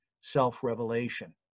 self-revelation